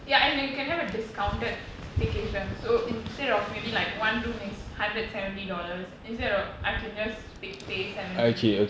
ya as in you can have a discounted staycation so instead of maybe like one room is hundred seventy dollars instead of I can just p~ pay seventy